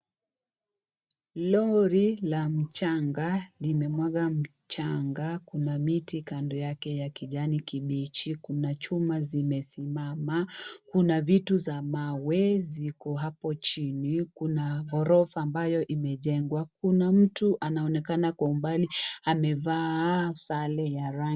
Lori la mchanga limemwaga mchanga, kuna miti kando yake ya kijani kibichi, kuna chuma zimesimama, kuna vitu za mawe ziko apo chini kuna gorofa ambayo imejengwa, kuna mtu anaonekana kwa umbali amevaa sare ya rangi.